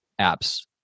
apps